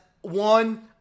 One